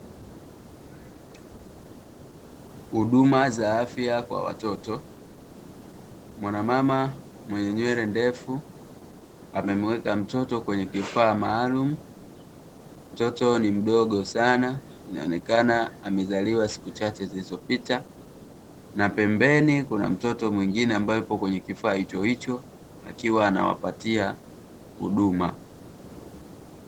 Huduma za afya kwa watoto, mwanamama mwenye nywele ndefu amemuweka mtoto kwenye kifaa maalumu. Mtoto ni mdogo sana, inaonekana amezaliwa siku chache zilizopita na pembeni kuna mtoto mwingine ambaye yupo kwenye kifaa hichohicho, akiwa anawapatia huduma.